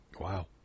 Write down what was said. Wow